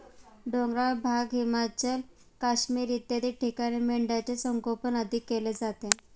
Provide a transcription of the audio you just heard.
डोंगराळ भाग, हिमाचल, काश्मीर इत्यादी ठिकाणी मेंढ्यांचे संगोपन अधिक केले जाते